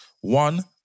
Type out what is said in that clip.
One